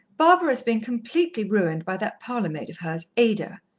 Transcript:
barbara is being completely ruined by that parlour-maid of hers ada.